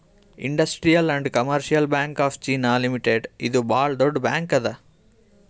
industrial and commercial bank of China limited ಇದು ಭಾಳ್ ದೊಡ್ಡ ಬ್ಯಾಂಕ್ ಅದಾ